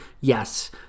yes